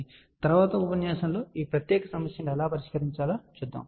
కాబట్టి తరువాతి ఉపన్యాసంలో ఈ ప్రత్యేక సమస్యను ఎలా పరిష్కరించాలో చూద్దాం